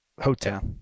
hotel